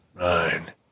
nine